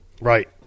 Right